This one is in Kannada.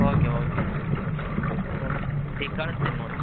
ಓಕೆ ಓಕೆ ಓಕೆ ಓಕೆ ಈಗ ಕಳ್ಸ್ತಿನಿ ನೋಡಿ